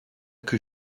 que